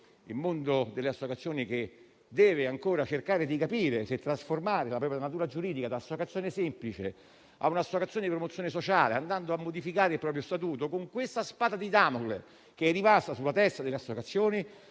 Il mondo delle associazioni infatti, che deve ancora cercare di capire se trasformare la propria natura giuridica da associazione semplice ad associazione di promozione sociale, andando a modificare il proprio statuto, con questa spada di Damocle rimasta sulla sua testa, non